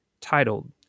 titled